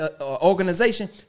organization